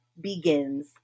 begins